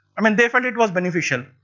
i mean they find it was beneficial.